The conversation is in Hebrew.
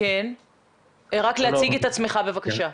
אני